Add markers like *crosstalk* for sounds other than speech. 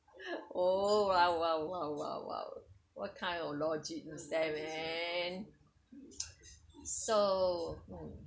*laughs* oh !wow! !wow! !wow! !wow! !wow! what kind of logic is that man so mm